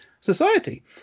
society